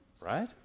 right